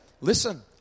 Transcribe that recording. Listen